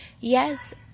Yes